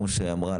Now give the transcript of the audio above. כמו שאמרה,